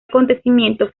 acontecimiento